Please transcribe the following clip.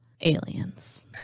Aliens